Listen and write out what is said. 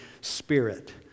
Spirit